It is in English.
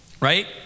right